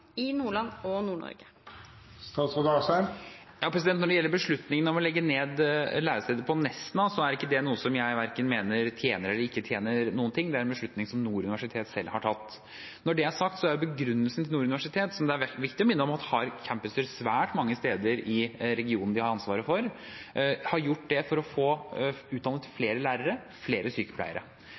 i Nordland og i Nord-Norge? Når det gjelder beslutningen om å legge ned lærestedet på Nesna, er ikke det noe jeg mener verken tjener eller ikke tjener noen ting, det er en beslutning som Nord universitet selv har tatt. Når det er sagt, er begrunnelsen til Nord universitet – som det er viktig å minne om at har campuser svært mange steder i regionen de har ansvaret for – at de har gjort det for å få utdannet flere lærere og flere sykepleiere.